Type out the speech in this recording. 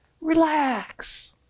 relax